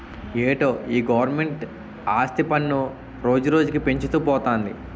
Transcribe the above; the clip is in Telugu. ఏటో ఈ గవరమెంటు ఆస్తి పన్ను రోజురోజుకీ పెంచుతూ పోతంది